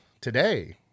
today